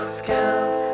skills